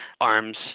arms